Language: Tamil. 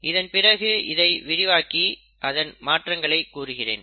இதன் பிறகு இதை விரிவாக்கி அதன் மாற்றங்களை கூறுகிறேன்